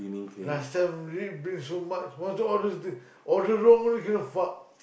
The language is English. last time read bring so much want to order these order wrong only kena fuck